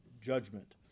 judgment